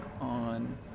on